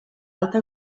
alta